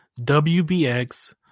WBX